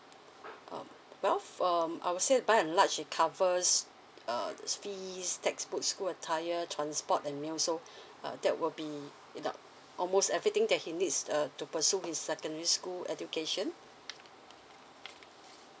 um well uh I will say by a large it covers uh the fees textbook school attire transport and meal so uh that will be add up almost everything that he needs uh to pursue his secondary school education